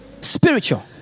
spiritual